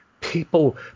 people